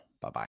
Bye-bye